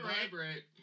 vibrate